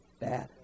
bad